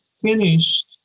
finished